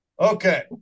Okay